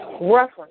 Reference